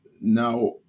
now